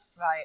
Right